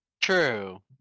True